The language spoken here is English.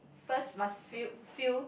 first must feel feel